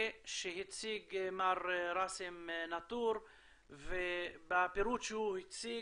שהציג מר ראסם נאטור ובפירוט שהוא הציג,